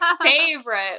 favorite